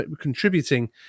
contributing